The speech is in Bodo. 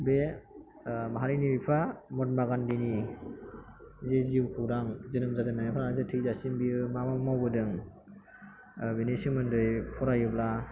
बे माहारिनि बिफा महात्मा गान्धीनि जे जिउखौरां जोनोम जाजेनायनिफ्राय लानानै थैजासिम बियो मा मा मावबोदों बेनि सोमोन्दै फरायोब्ला